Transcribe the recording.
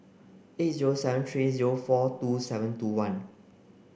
eight zero seven three zero four two seven two one